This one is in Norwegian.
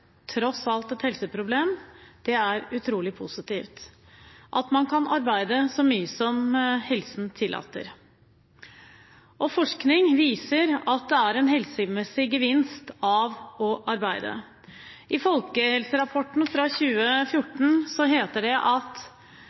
tross for et helseproblem, at man kan arbeide så mye som helsen tillater. Det er utrolig positivt. Forskning viser at det er en helsemessig gevinst i å arbeide. I folkehelserapporten fra 2014 heter det – det er flere forskere, jeg nevner ikke dem her – at